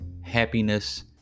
happiness